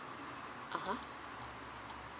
(uh huh)